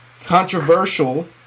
controversial